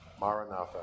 Maranatha